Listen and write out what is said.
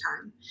time